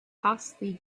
costly